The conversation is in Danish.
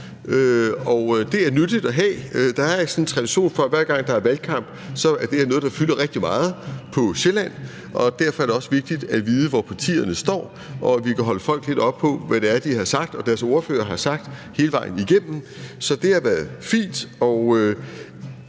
og det er nyttigt. Der er sådan en tradition for, at hver gang der er valgkamp, så er det her noget, der fylder rigtig meget på Sjælland, og derfor er det også vigtigt at vide, hvor partierne står, og at vi kan holde folk lidt op på, hvad det er, de og deres ordførere har sagt hele vejen igennem. Så det er da fint.